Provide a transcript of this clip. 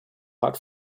hot